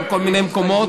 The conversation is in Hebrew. או בכל מיני מקומות,